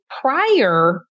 prior